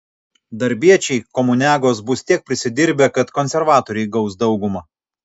darbiečiai komuniagos bus tiek prisidirbę kad konservatoriai gaus daugumą